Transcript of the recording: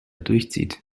durchzieht